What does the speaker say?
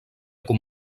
com